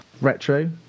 Retro